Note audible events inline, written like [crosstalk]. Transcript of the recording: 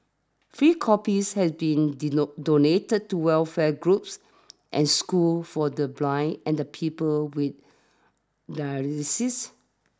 free copies have been [unintelligible] donated to welfare groups and schools for the blind and people with dyslexia